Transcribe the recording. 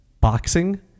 boxing